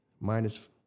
minus